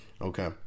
Okay